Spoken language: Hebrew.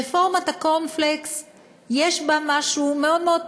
ברפורמת הקורנפלקס יש משהו פשוט מאוד מאוד.